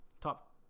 top